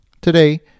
Today